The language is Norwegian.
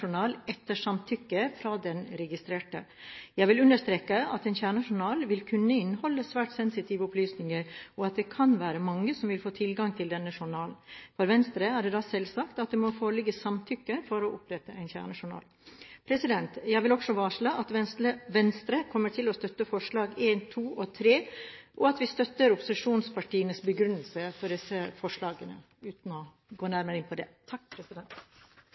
etter samtykke fra den registrerte. Jeg vil understreke at en kjernejournal vil kunne inneholde svært sensitive opplysninger, og at det kan være mange som vil få tilgang til denne journalen. For Venstre er det da selvsagt at det må foreligge samtykke for å opprette en kjernejournal. Jeg vil også varsle at Venstre kommer til å støtte forslagene nr. 1, 2 og 3, og at vi støtter opposisjonspartienes begrunnelse for disse forslagene, uten å gå nærmere inn på det.